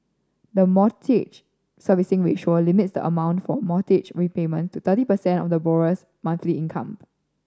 the Mortgage Servicing Ratio limits the amount for mortgage repayment to thirty percent of the borrower's monthly income